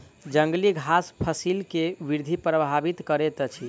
जंगली घास फसिल के वृद्धि प्रभावित करैत अछि